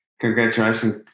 congratulations